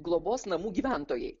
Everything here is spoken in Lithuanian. globos namų gyventojai